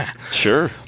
Sure